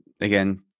again